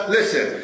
Listen